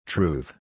Truth